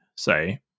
say